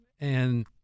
and-